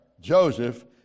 Joseph